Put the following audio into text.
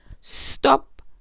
Stop